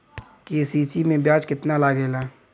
KCC में ब्याज कितना लागेला?